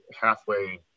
Halfway